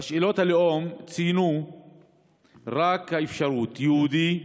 בשאלת הלאום צוינו רק האפשרויות: יהודי,